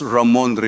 Ramon